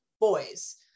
boys